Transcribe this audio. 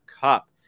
Cup